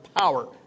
power